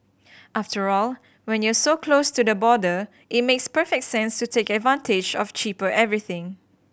after all when you're so close to the border it makes perfect sense to take advantage of cheaper everything